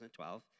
2012